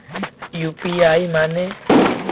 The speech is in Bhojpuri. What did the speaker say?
यू.पी.आई माने?